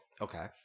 okay